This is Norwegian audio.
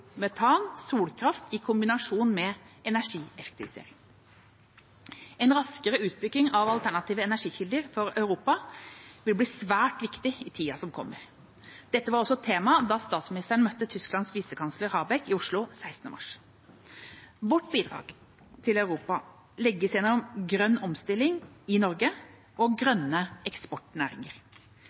solkraft, i kombinasjon med energieffektivisering. En raskere utbygging av alternative energikilder for Europa vil bli svært viktig i tida som kommer. Dette var også tema da statsministeren møtte Tysklands visekansler Habeck i Oslo 16. mars. Vårt bidrag til Europa legges gjennom grønn omstilling i Norge og grønne eksportnæringer.